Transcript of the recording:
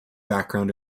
background